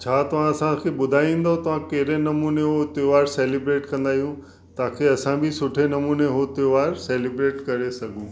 छा तव्हां असांखे ॿुधाईंदो तव्हां कहिड़े नमूने उहो त्योहारु सेलिब्रेट कंदा आहियो ताकी असां बि सुठे नमूने उहो त्योहारु सेलिब्रेट करे सघूं